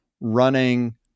running